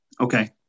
Okay